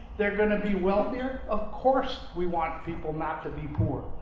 they're going to be wealthier. of course we want people not to the poor.